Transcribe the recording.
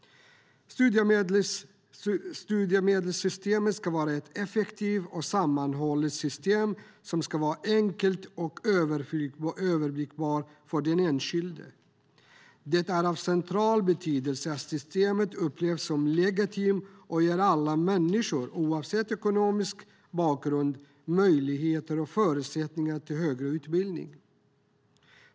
Studiemedelssystemet ska vara ett effektivt och sammanhållet system som ska vara enkelt och överblickbart för den enskilde. Det är av central betydelse att systemet upplevs som legitimt och ger alla människor, oavsett ekonomisk bakgrund, möjligheter och förutsättningar till högre utbildning.